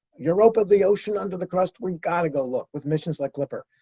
europa, the ocean under the crust, we've got to go look, with missions like clipper.